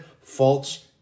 False